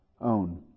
own